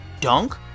dunk